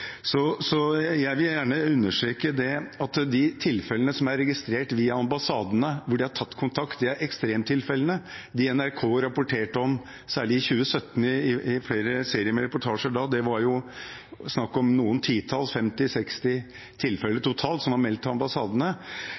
Jeg vil gjerne understreke at de tilfellene som er registrert via ambassadene, hvor de har tatt kontakt, er ekstremtilfellene. De NRK rapporterte om, særlig i 2017 i flere serier med reportasjer da – det var snakk om noen titalls, 50–60, tilfeller totalt, som var meldt til ambassadene